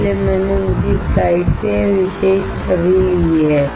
इसलिए मैंने उनकी स्लाइड से यह विशेष छवि ली है